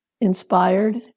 inspired